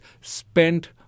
spent